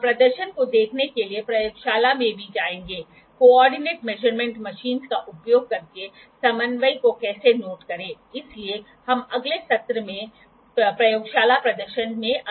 angle को मापने के लिए ऑटोकोलिमेटर के रोशनी के उपयोग के कारण हम इसे बहुत लंबी दूरी के लिए परीक्षण कर सकते हैं और आउटपुट प्राप्त करने की कोशिश कर सकते हैं